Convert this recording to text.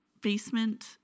basement